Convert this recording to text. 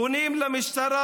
פונים למשטרה: